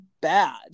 bad